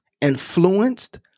influenced